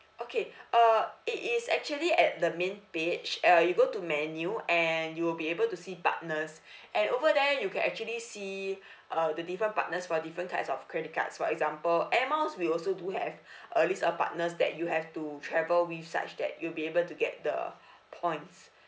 okay uh it is actually at the main page uh you go to menu and you will be able to see partners and over there you can actually see uh the different partners for different kinds of credit cards for example air miles we also do have uh list our partners that you have to travel with such that you'll be able to get the points